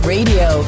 Radio